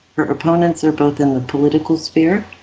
her opponents are both in the political sphere,